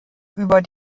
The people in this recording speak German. über